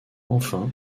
enfin